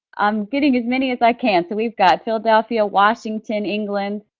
i'm getting as many as i can so we've got philadelphia, washington, england,